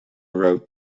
wrote